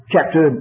Chapter